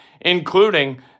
including